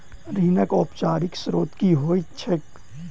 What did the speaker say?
ऋणक औपचारिक स्त्रोत की होइत छैक?